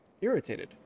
irritated